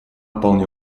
вполне